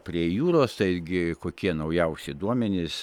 prie jūros taigi kokie naujausi duomenys